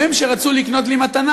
או הם שרצו לקנות לי מתנה,